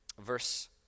Verse